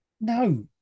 No